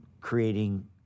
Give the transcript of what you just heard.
creating